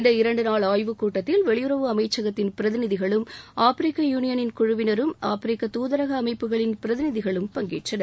இந்த இரண்டு நாள் ஆய்வு கூட்டத்தில் வெளியுறவு அமைச்சகத்தின் பிரதிநிதிகளும் ஆப்பிரிக்க யூனியனின் குழுவினரும் ஆப்பிரிக்க துதரக அமைப்புகளின் பிரதிநிதிகளும் பங்கேற்றனர்